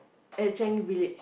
at Changi-Village